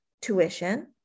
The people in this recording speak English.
tuition